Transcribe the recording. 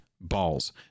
Balls